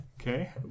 Okay